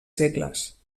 segles